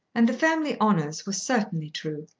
and the family honours were certainly true.